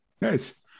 Nice